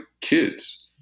kids